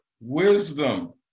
wisdom